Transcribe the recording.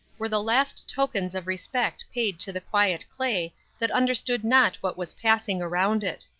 were the last tokens of respect paid to the quiet clay that understood not what was passing around it.